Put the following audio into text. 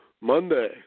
Monday